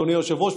אדוני היושב-ראש,